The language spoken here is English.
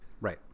Right